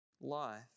life